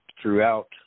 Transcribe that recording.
throughout